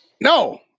No